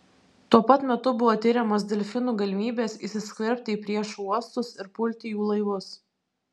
tuo pat metu buvo tiriamos delfinų galimybės įsiskverbti į priešų uostus ir pulti jų laivus